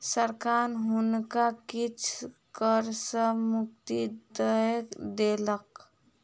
सरकार हुनका किछ कर सॅ मुक्ति दय देलक